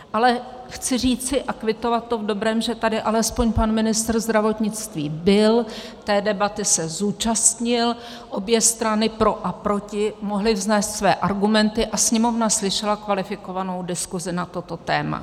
Ale chci říci a kvitovat to v dobrém, že tady alespoň pan ministr zdravotnictví byl, té debaty se zúčastnil, obě strany pro a proti mohly vznést své argumenty a Sněmovna slyšela kvalifikovanou diskusi na toto téma.